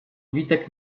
witek